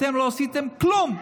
אתם לא עשיתם כלום.